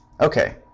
Okay